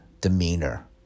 demeanor